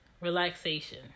relaxation